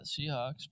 Seahawks